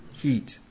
heat